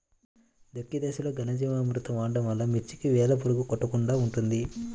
దుక్కి దశలో ఘనజీవామృతం వాడటం వలన మిర్చికి వేలు పురుగు కొట్టకుండా ఉంటుంది?